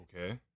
Okay